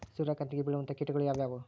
ಸೂರ್ಯಕಾಂತಿಗೆ ಬೇಳುವಂತಹ ಕೇಟಗಳು ಯಾವ್ಯಾವು?